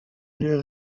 les